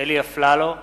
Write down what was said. אלי אפללו,